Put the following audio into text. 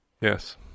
Yes